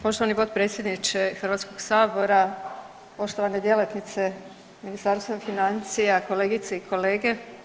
Poštovani potpredsjedniče Hrvatskog sabora, poštovane djelatnice Ministarstva financija, kolegice i kolege.